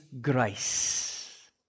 grace